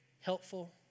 helpful